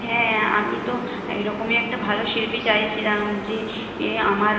হ্যাঁ আমি তো এইরকমই একটা ভালো শিল্পী চাইছিলাম যে এ আমার